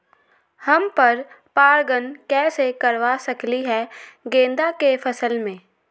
हम पर पारगन कैसे करवा सकली ह गेंदा के फसल में?